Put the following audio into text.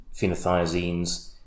phenothiazines